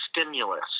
stimulus